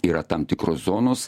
yra tam tikros zonos